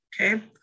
Okay